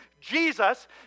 Jesus